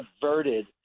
subverted